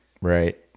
right